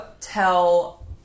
tell